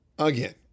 Again